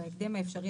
בהקדם האפשרי,